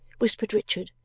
whispered richard,